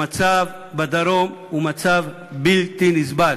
המצב בדרום הוא מצב בלתי נסבל.